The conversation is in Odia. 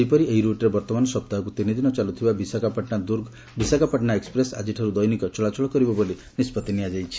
ସେହିପରି ଏହି ରୁଟ୍ରେ ବର୍ଭମାନ ସପ୍ତାହକୁ ତିନିଦିନ ଚାଲୁଥିବା ବିଶାଖାପାଟଶା ଦୁର୍ଗ ବିଶାଖାପାଟଶା ଏକୃପ୍ରେସ୍ ଆଜିଠାର୍ ଦୈନିକ ଚଳାଚଳ କରିବ ବୋଲି ନିଷ୍ବତ୍ତି ନିଆଯାଇଛି